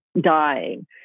dying